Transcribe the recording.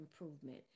improvement